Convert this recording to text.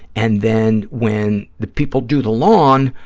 and then when the people do the lawn,